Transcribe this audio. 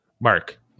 Mark